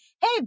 hey